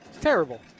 Terrible